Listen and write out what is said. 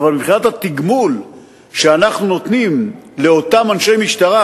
אבל התגמול שאנחנו נותנים לאותם אנשי משטרה